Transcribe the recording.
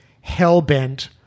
hell-bent